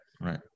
Right